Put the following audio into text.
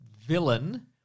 villain